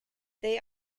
they